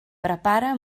prepara